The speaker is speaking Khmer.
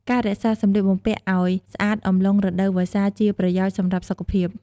ការរក្សាសម្លៀកបំពាក់អោយស្អាតអំឡុងរដូវវស្សាជាប្រយោជន៍សម្រាប់សុខភាព។